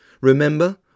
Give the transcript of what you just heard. Remember